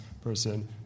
person